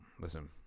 Listen